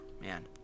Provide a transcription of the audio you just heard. man